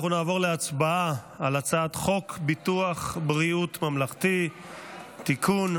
אנחנו נעבור להצבעה על הצעת חוק ביטוח בריאות ממלכתי (תיקון,